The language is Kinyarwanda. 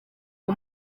uwo